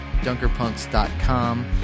dunkerpunks.com